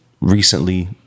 recently